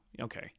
okay